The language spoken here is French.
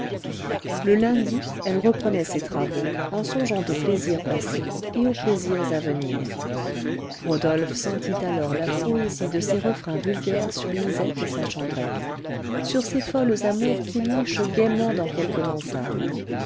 le lundi elle reprenait ses travaux en songeant aux plaisirs passés et aux plaisirs à venir rodolphe sentit alors la poésie de ces refrains vulgaires sur lisette et sa chambrette sur ces folles amours qui nichent gaiement dans quelques mansardes